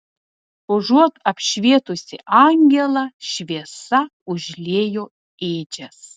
užuot apšvietusi angelą šviesa užliejo ėdžias